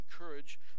encourage